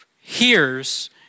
hears